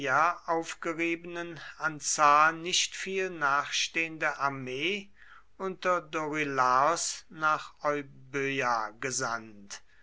aufgeriebenen an zahl nicht viel nachstehende armee unter dorylaos nach euböa gesandt